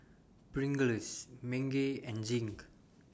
Pringles Bengay and Zinc